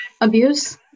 abuse